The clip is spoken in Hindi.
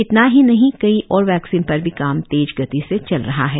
इतना ही नहीं कई और वैक्सीन पर भी काम तेज गति से चल रहा है